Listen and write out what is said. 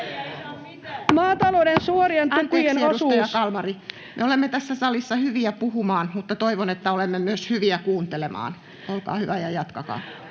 Time: 14:40 Content: Anteeksi, edustaja Kalmari. — Me olemme tässä salissa hyviä puhumaan, mutta toivon, että olemme myös hyviä kuuntelemaan. — Olkaa hyvä ja jatkakaa.